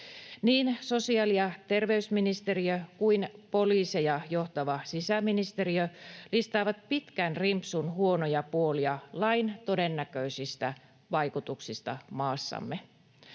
Niin sosiaali- ja terveysministeriö kuin poliiseja johtava sisäministeriö listaavat pitkän rimpsun huonoja puolia lain todennäköisistä vaikutuksista maassamme.